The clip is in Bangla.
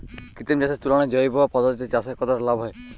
কৃত্রিম চাষের তুলনায় জৈব পদ্ধতিতে চাষে কত লাভ হয়?